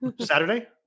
Saturday